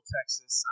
Texas